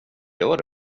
gör